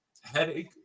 headache